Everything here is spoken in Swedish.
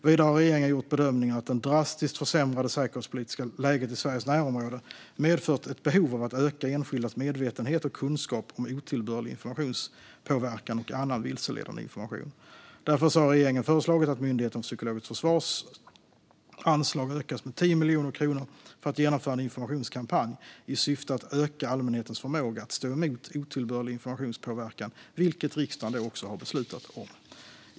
Vidare har regeringen gjort bedömningen att det drastiskt försämrade säkerhetspolitiska läget i Sveriges närområde medfört ett behov av att öka enskildas medvetenhet och kunskap om otillbörlig informationspåverkan och annan vilseledande information. Därför har regeringen föreslagit att Myndigheten för psykologiskt försvars anslag ska ökas med 10 miljoner kronor för att genomföra en informationskampanj i syfte att öka allmänhetens förmåga att stå emot otillbörlig informationspåverkan, vilket riksdagen också beslutat om.